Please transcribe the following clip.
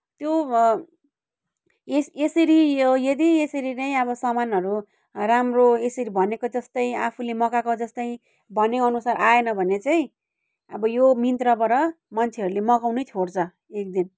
त्यो भयो यस यसरी यो यदि यसरी नै अब सामानहरू राम्रो यसरी भनेको जस्तै आफूले मगाएको जस्तै भने अनुसार आएन भने चाहिँ अब यो मिन्त्राबाट मान्छेहरूले मगाउनै छोड्छ एकदिन